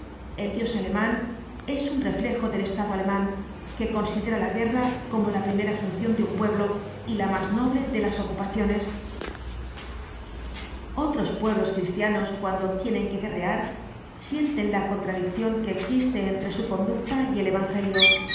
el dios alemán es un reflejo del estado alemán que considera la guerra como la primera función de un pueblo y la más noble de las ocupaciones otros pueblos cristianos cuando tienen que guerrear sienten la contradicción que existe entre su conducta y el evangelio y